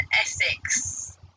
Essex